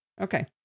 Okay